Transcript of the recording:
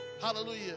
Hallelujah